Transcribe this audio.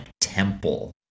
temple